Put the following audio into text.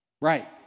Right